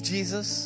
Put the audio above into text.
Jesus